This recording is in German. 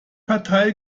partei